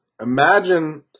Imagine